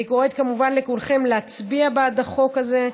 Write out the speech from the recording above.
אני קוראת כמובן לכולכם להצביע בעד החוק הזה.